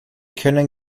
können